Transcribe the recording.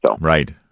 Right